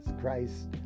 Christ